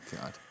god